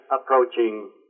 approaching